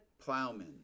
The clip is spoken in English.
plowmen